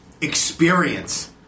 experience